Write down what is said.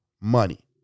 Money